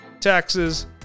taxes